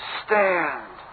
stand